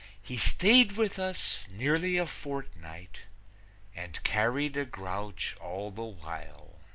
he stayed with us nearly a fortnight and carried a grouch all the while,